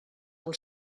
del